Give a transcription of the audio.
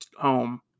home